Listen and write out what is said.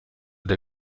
der